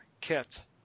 kit